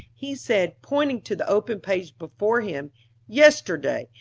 he said, pointing to the open page before him yesterday,